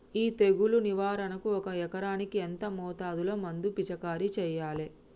ఈ తెగులు నివారణకు ఒక ఎకరానికి ఎంత మోతాదులో మందు పిచికారీ చెయ్యాలే?